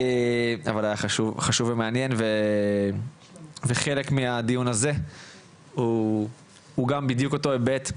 אבל חשוב ומעניין וחלק מהדיון הזה הוא גם בדיוק אותו היבטי